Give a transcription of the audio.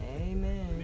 Amen